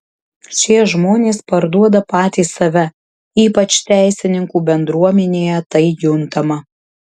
šie žmonės parduoda patys save ypač teisininkų bendruomenėje tai juntama